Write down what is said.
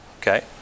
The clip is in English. Okay